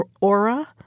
Aura